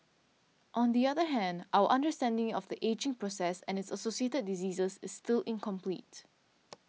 on the other hand our understanding of the ageing process and its associated diseases is still incomplete